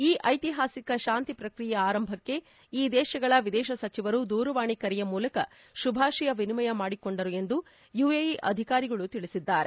ಈ ಐತಿಹಾಸಿಕ ಶಾಂತಿ ಪ್ರಕ್ರಿಯೆಯ ಆರಂಭಕ್ಸೆ ಈ ದೇಶಗಳ ವಿದೇಶ ಸಚಿವರು ದೂರವಾಣಿ ಕರೆಯ ಮೂಲಕ ಶುಭಾಷಯ ವಿನಿಮಯ ಮಾದಿಕೊಂಡರು ಎಂದು ಯುಎಇ ಅಧಿಕಾರಿಗಳು ತಿಳಿಸಿದ್ದಾರೆ